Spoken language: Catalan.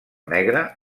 negre